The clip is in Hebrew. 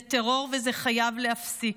זה טרור, וזה חייב להפסיק.